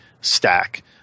stack